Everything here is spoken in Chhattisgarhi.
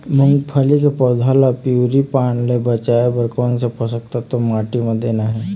मुंगफली के पौधा ला पिवरी पान ले बचाए बर कोन से पोषक तत्व माटी म देना हे?